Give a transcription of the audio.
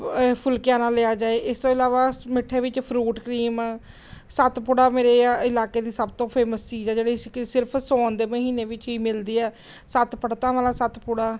ਫੁਲਕਿਆਂ ਨਾਲ ਲਿਆ ਜਾਏ ਇਸ ਤੋਂ ਇਲਾਵਾ ਮਿੱਠੇ ਵਿੱਚ ਫਰੂਟ ਕਰੀਮ ਸੱਤ ਪੂੜਾ ਮੇਰੇ ਇਹ ਇਲਾਕੇ ਦੀ ਸਭ ਤੋਂ ਫੇਮਸ ਚੀਜ਼ ਆ ਜਿਹੜੀ ਕਿ ਸਿਰਫ ਸਾਉਣ ਦੇ ਮਹੀਨੇ ਵਿੱਚ ਹੀ ਮਿਲਦੀ ਹੈ ਸੱਤ ਪੜਤਾਂ ਵਾਲਾ ਸੱਤ ਪੂੜਾ